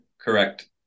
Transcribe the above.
correct